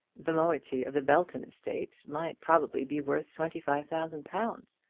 the moiety of the belton estate might probably be worth twenty-five thousand pounds,